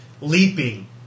leaping